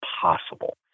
possible